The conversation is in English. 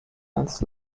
months